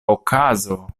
okazo